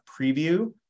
preview